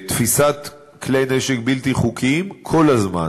המשטרה מקיימת פעילות של תפיסת כלי נשק בלתי חוקיים כל הזמן.